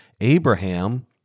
Abraham